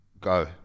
Go